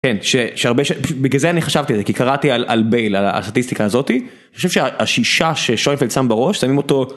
בגלל זה אני חשבתי את זה כי קראתי על בייל על הסטטיסטיקה הזאתי. אני חושב שהשישה ששויפלד שם בראש שמים אותו.